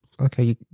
okay